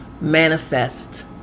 manifest